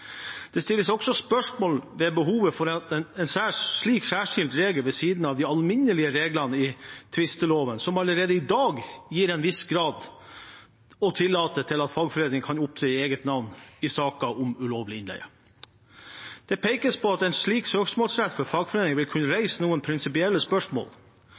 Det stilles også spørsmål ved behovet for at en slik særskilt regel ved siden av de alminnelige reglene i tvisteloven, som allerede i dag i en viss grad tillater at fagforeninger kan opptre i eget navn i saker om ulovlig innleie. Det pekes på at en slik søksmålsrett for fagforeningene vil kunne reise noen prinsipielle spørsmål.